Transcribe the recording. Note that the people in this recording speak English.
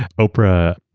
and oprah.